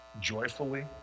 joyfully